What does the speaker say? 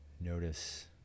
notice